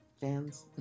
fans